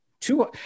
two